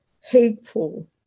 hateful